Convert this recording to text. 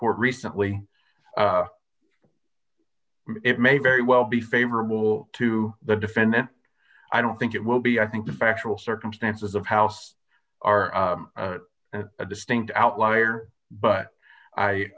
court recently it may very well be favorable to the defendant i don't think it will be i think the factual circumstances of house are a distinct outlier but i